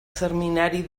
seminari